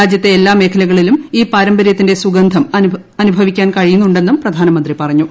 രാജ്യത്തെ എല്ലാ മേഖലകളിലും ഈ പാരമ്പര്യത്തിന്റെ സുഗന്ധം അനുഭവിക്കാൻ കഴിയുന്നുണ്ടെന്നും പ്രധാനമന്ത്രി പറഞ്ഞു